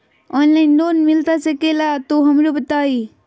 Online loan मिलता सके ला तो हमरो बताई?